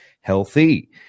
healthy